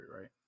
right